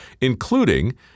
including